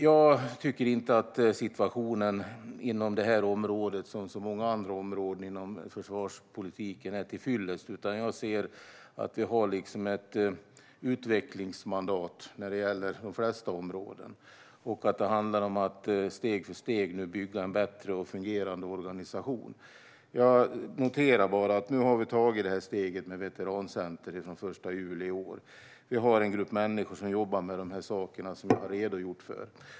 Jag tycker inte att situationen inom detta område, precis som inom många andra områden inom försvarspolitiken, är till fyllest, utan jag ser att vi har ett utvecklingsmandat när det gäller de flesta områden. Det handlar om att steg för steg bygga en bättre och fungerande organisation. Jag noterar att vi nu har tagit detta steg med ett veterancenter från den 1 juli i år. Vi har en grupp människor som jobbar med dessa saker, som jag har redogjort för.